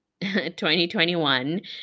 2021